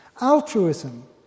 Altruism